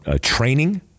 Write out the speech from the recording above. training